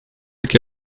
que